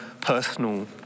personal